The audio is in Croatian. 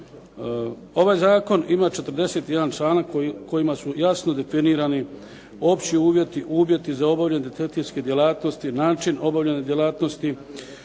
Ovaj zakon ima 41 članak kojima su jasno definirani opći uvjeti za obavljanje detektivske djelatnosti, način obavljanja djelatnosti,